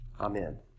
Amen